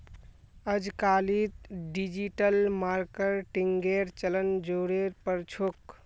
अजकालित डिजिटल मार्केटिंगेर चलन ज़ोरेर पर छोक